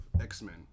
X-Men